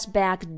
back